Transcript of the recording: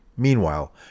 Meanwhile